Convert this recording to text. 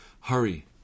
Hurry